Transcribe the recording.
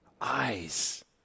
eyes